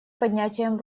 поднятием